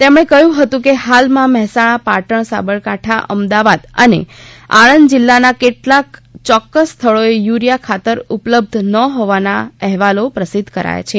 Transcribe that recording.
તેમણે કહ્યું હતું કે હાલમાં મહેસાણા પાટણ સાબરકાંઠા અમદાવાદ અને આણંદ જીલ્લાના કેટલાક ચોક્કસ સ્થળોએ યુરિયા ખાતર ઉપલબ્ધ ન હોવાના અહેવાલો પ્રસિધ્ધ કરાયા છે